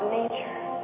nature